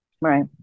Right